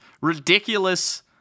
ridiculous